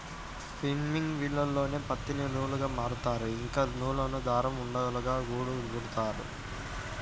spinning మిల్లుల్లోనే పత్తిని నూలుగా మారుత్తారు, ఇంకా నూలును దారం ఉండలుగా గూడా చుడతారు